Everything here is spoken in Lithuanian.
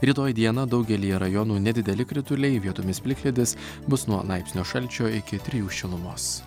rytoj dieną daugelyje rajonų nedideli krituliai vietomis plikledis bus nuo laipsnio šalčio iki trijų šilumos